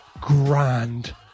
grand